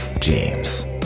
James